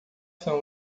são